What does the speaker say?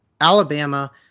Alabama